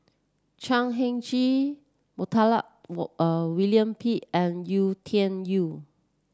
Chan Heng Chee Montague William Pett and Yau Tian Yau